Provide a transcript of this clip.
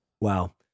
wow